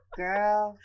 girl